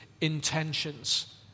intentions